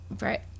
right